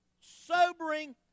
sobering